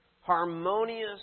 harmonious